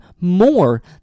more